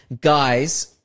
guys